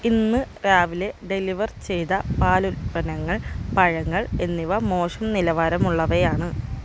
ഇന്ന് രാവിലെ ഡെലിവർ ചെയ്ത പാലുൽപ്പന്നങ്ങൾ പഴങ്ങൾ എന്നിവ മോശം നിലവാരമുള്ളവയാണ്